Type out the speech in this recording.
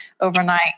overnight